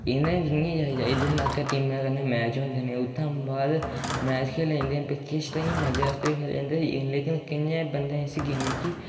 इनें बीएं जनें दी गै टीमै कन्नै मैच होंदे न उत्थूं बाद मैच खेह्ले जंदे किश ते इ'यां मजे आस्तै खेह्ले जंदे लेकिन केइयैं बंदे इस गेमे गी